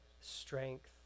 strength